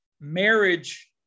marriage